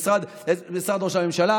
את משרד ראש הממשלה.